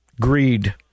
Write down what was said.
greed